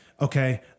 okay